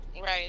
Right